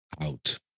out